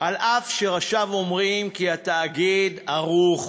אף-על-פי שראשיו אומרים כי התאגיד ערוך